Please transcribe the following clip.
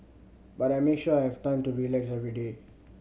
but I make sure I have time to relax every day